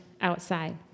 outside